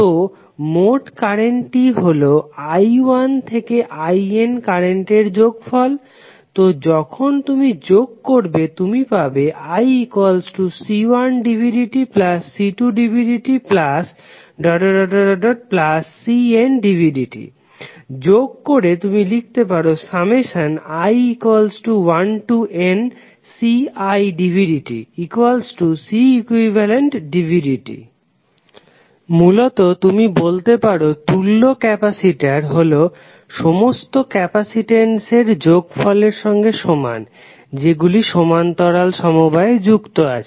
তো মোট কারেন্টটি হলো i1 থেকে in কারেন্টের যোগফল তো যখন তুমি যোগ করবে তুমি পাবে iC1dvdtC2dvdtCndvdt যোগ করে তুমি লিখতে পারো i1nCidvdtCeqdvdt মূলত তুমি বলতে পারো তুল্য ক্যাপাসিটর হলো সমস্ত ক্যাপাসিটেন্সের যোগফলের সঙ্গে সমান যেগুলি সমান্তরাল সমবায়ে যুক্ত আছে